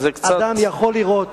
זה נתון מדהים.